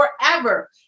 forever